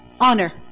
honor